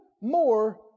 more